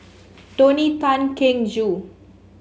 Tony Tan Keng Joo